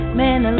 man